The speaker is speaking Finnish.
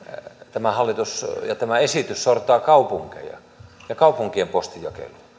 tämä hallitus ja tämä esitys sortaa kaupunkeja ja kaupunkien postinjakelua